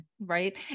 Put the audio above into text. right